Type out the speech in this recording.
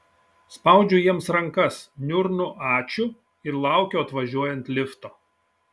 spaudžiu jiems rankas niurnu ačiū ir laukiu atvažiuojant lifto